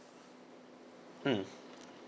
hmm